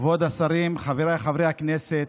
כבוד השרים, חבריי חברי הכנסת.